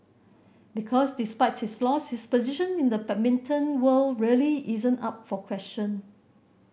because despite his loss his position in the badminton world really isn't up for question